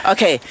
Okay